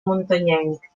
muntanyenc